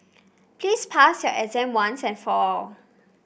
please pass your exam once and for all